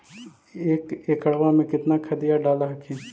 एक एकड़बा मे कितना खदिया डाल हखिन?